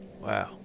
Wow